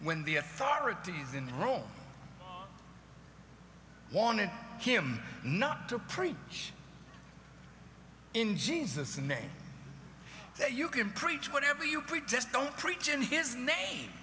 when the authorities in rome wanted him not to preach in jesus name there you can preach whatever you put just don't preach in his name